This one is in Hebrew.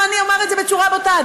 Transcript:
בוא אני אומר את זה בצורה בוטה,